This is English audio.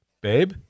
babe